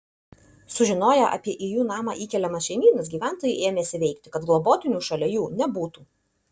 sužinoję apie į jų namą įkeliamas šeimynas gyventojai ėmėsi veikti kad globotinių šalia jų nebūtų